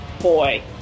boy